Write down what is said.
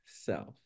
self